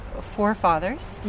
forefathers